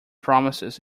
promises